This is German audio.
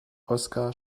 oskar